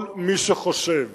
כל מי שחושב